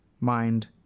Mind